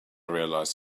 realized